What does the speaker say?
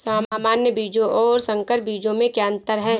सामान्य बीजों और संकर बीजों में क्या अंतर है?